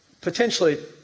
potentially